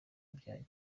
bya